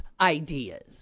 ideas